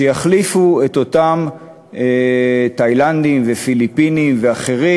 שיחליפו את אותם תאילנדים ופיליפינים ואחרים